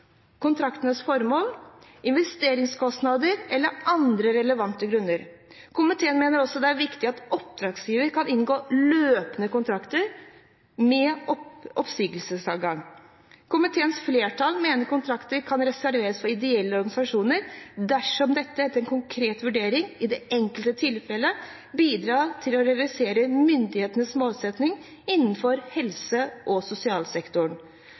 kontraktens formål, investeringskostnader, eller det er andre relevante grunner. Komiteen mener også det er viktig at oppdragsgiveren kan inngå løpende kontrakter med oppsigelsesadgang. Komiteens flertall mener kontrakter kan reserveres for ideelle organisasjoner dersom dette etter en konkret vurdering i det enkelte tilfellet bidrar til å realisere myndighetenes målsettinger innenfor helse- og sosialsektoren,